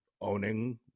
owning